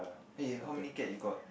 hey how many cat you got